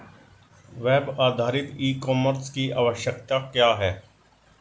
Web आधारित e commerce की आवश्यकता क्या है?